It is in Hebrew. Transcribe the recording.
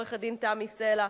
עורכת-הדין תמי סלע,